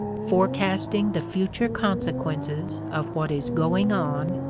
forecasting the future consequences of what is going on,